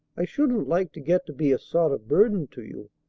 i shouldn't like to get to be a sort of burden to you,